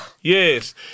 yes